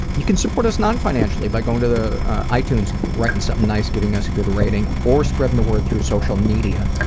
you can support us non-financially by going to the itunes, writing something nice, giving us a good rating, or spreading the word through social media.